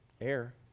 Air